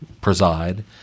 preside